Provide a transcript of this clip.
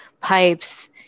pipes